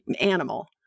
animal